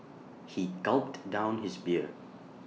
he gulped down his beer